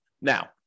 Now